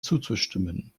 zuzustimmen